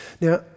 Now